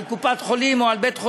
על קופת-חולים או על בית-חולים,